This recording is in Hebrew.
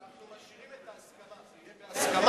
אנחנו משאירים את ההסכמה, זה יהיה "בהסכמת".